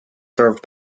served